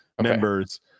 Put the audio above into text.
members